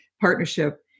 partnership